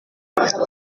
quand